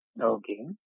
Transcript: okay